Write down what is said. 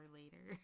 later